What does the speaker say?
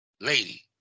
lady